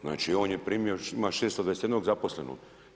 Znači on je primio, ima 621 zaposlenog.